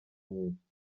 nyinshi